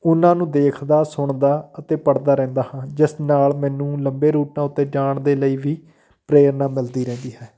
ਉਹਨਾਂ ਨੂੰ ਦੇਖਦਾ ਸੁਣਦਾ ਅਤੇ ਪੜ੍ਹਦਾ ਰਹਿੰਦਾ ਹਾਂ ਜਿਸ ਨਾਲ ਮੈਨੂੰ ਲੰਬੇ ਰੂਟਾਂ ਉੱਤੇ ਜਾਣ ਦੇ ਲਈ ਵੀ ਪ੍ਰੇਰਨਾ ਮਿਲਦੀ ਰਹਿੰਦੀ ਹੈ